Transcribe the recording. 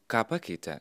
ką pakeitė